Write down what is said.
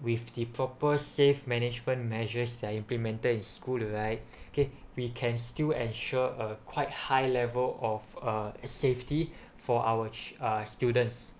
with the purpose safe management measures that implemented in school right okay we can still ensure uh quite high level of uh safety for our s~ uh students